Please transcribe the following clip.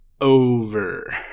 over